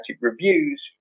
reviews